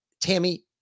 Tammy